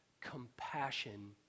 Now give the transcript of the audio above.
compassion